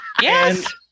Yes